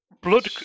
blood